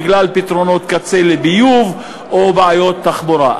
של פתרונות קצה לביוב או בעיות תחבורה.